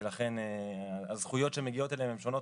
ולכן הזכויות שמגיעות אליהם הן שונות